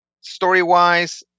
Story-wise